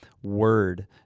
word